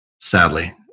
sadly